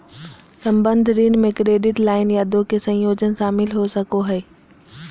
संबंद्ध ऋण में क्रेडिट लाइन या दो के संयोजन शामिल हो सको हइ